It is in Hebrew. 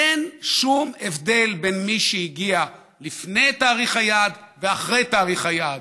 אין שום הבדל בין מי שהגיע לפני תאריך היעד ואחרי תאריך היעד,